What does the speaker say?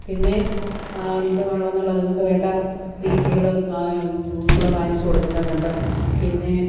പിന്നെ എന്താ ഉള്ളതെന്നുള്ള അതിങ്ങൾക്ക് വേണ്ട തീറ്റികൾ വാങ്ങി നമ്മൾ വാങ്ങിച്ച് കൊടുക്കുന്നവരുണ്ട് പിന്നെ